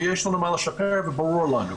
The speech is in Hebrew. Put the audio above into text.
ויש לנו מה לשפר וברור לנו.